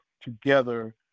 together